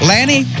Lanny